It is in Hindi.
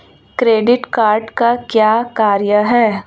क्रेडिट कार्ड का क्या कार्य है?